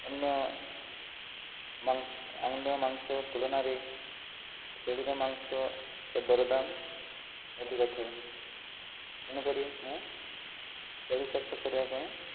ଅନ୍ୟ ମାଂସ ଅନ୍ୟ ମାଂସ ତୁଳନାରେ ଛେଳିର ମାଂସ ଓ ଦରଦାମ ଅଧିକ ଥାଏ ତେଣୁକରି ମୁଁ ଛେଳି ଚାଷ କରିବା ପାଇଁ